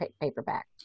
paperback